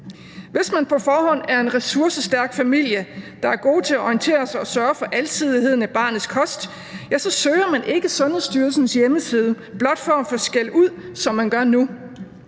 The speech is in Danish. Hvis man på forhånd er en ressourcestærk familie, der er god til at orientere sig og sørge for alsidigheden i barnets kost, så søger man ikke Sundhedsstyrelsens hjemmeside blot for at få skældud, som man gør nu.